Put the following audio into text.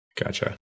Gotcha